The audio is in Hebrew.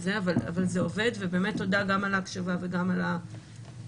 אבל זה עובד ובאמת תודה על ההקשבה וגם על ההקלות,